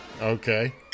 okay